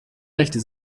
rechte